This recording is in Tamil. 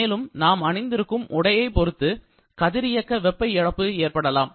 மேலும் நாம் அணிந்திருக்கும் உடையைப் பொறுத்து கதிரியக்க வெப்ப இழப்பு ஏற்படலாம்